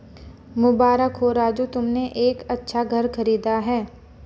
मुबारक हो राजू तुमने एक अच्छा घर खरीदा है